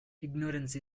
ignorance